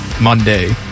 Monday